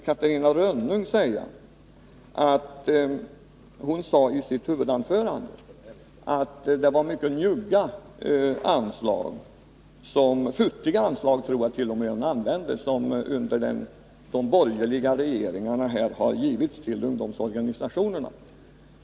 Catarina Rönnung sade i sitt huvudanförande att det under de borgerliga regeringarnas tid har givits mycket futtiga — jag tror att hon faktiskt använde det ordet — anslag till ungdomsorganisationerna.